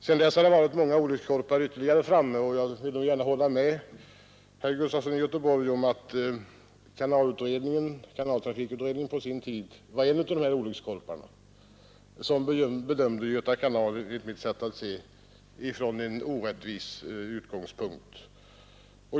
Sedan dess har ytterligare många olyckskorpar varit framme, och jag vill gärna hålla med herr Gustafson i Göteborg om att kanaltrafikutredningen har varit en av dem; den bedömde Göta kanal, enligt mitt sätt att se, från en orättvis utgångspunkt.